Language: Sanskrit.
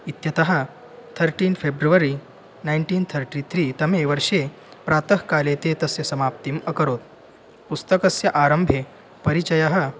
इत्यतः thirteen February nineteen thirty three तमे वर्षे प्रातः काले ते तस्य समाप्तिम् अकरोत् पुस्तकस्य आरम्भे परिचयः